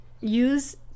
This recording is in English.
use